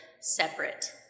separate